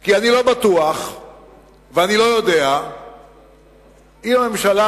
כי אני לא בטוח ואני לא יודע אם הממשלה